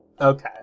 Okay